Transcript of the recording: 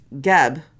Geb